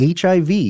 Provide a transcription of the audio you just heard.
HIV